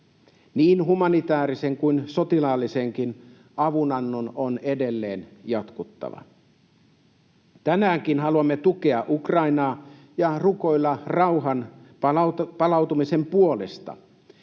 Niin humanitäärisen kuin sotilaalliseenkin avunannon on edelleen jatkuttava. Tänäänkin haluamme tukea Ukrainaa ja rukoilla rauhan palautumisen puolesta.